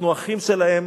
אנחנו אחים שלהם,